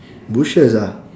bushes ah